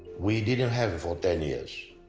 we didn't have it for ten years,